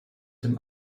dem